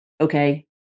okay